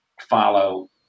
follow